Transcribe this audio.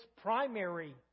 primary